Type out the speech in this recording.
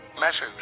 Message